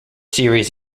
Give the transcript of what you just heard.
series